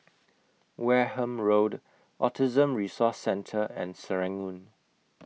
Wareham Road Autism Resource Centre and Serangoon